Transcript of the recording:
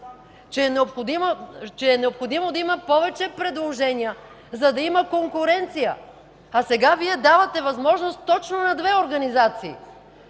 че е необходимо да има повече предложения, за да има конкуренция. Сега Вие давате възможност точно на две организации